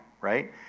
Right